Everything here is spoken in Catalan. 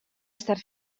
estar